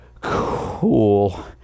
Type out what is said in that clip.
cool